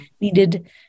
needed